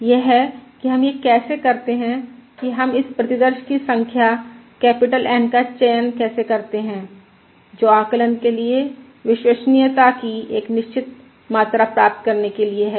यह है कि हम यह कैसे करते हैं कि हम इस प्रतिदर्श की संख्या कैपिटल N का चयन कैसे करते हैं जो आकलन के लिए विश्वसनीयता की एक निश्चित मात्रा प्राप्त करने के लिए है